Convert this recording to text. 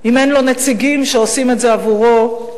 אם אין לו נציגים שעושים את זה עבורו בממשלה.